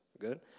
Good